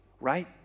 right